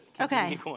okay